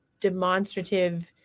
demonstrative